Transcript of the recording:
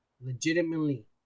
Legitimately